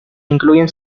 incluyen